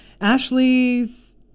Ashley's